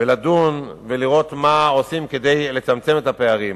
ולדון ולראות מה עושים כדי לצמצם את הפערים,